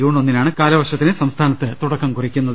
June ഒന്നിനാണ് കാലവർഷത്തിന് സംസ്ഥാനത്ത് തുടക്കം കുറിക്കുന്നത്